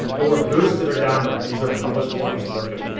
or boost it or download. these are published forms, no good.